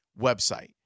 website